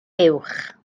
uwch